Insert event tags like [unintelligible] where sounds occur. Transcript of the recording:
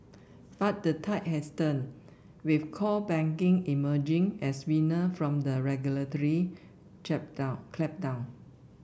but the tide has turned with core banking emerging as winner from the regulatory [unintelligible] clampdown